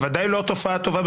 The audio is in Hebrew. בוודאי לא תופעה טובה.